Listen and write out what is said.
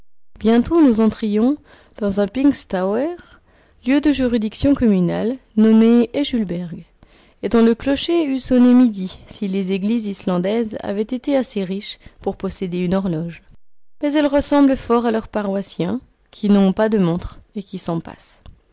bientôt nous entrions dans un pingstaoer lieu de juridiction communale nommé ejulberg et dont le clocher eût sonné midi si les églises islandaises avaient été assez riches pour posséder une horloge mais elles ressemblent fort à leurs paroissiens qui n'ont pas de montres et qui s'en passent